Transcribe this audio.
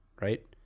right